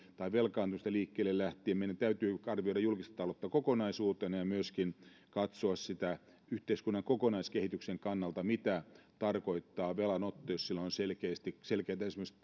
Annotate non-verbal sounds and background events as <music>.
tai velkaantumisesta liikkeelle lähtien meidän täytyy arvioida julkista taloutta kokonaisuutena ja myöskin katsoa yhteiskunnan kokonaiskehityksen kannalta sitä mitä tarkoittaa velanotto jos sillä on selkeitä esimerkiksi <unintelligible>